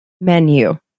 menu